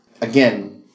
again